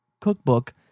cookbook